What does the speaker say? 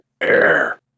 air